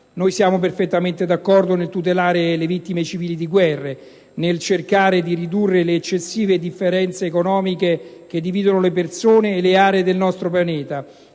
Noi siamo perfettamente d'accordo nel tutelare le vittime civili di guerre e nel cercare di ridurre le eccessive differenze economiche che dividono le persone e le aree del nostro pianeta,